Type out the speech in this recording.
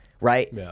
right